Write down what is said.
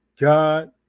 God